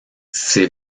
ses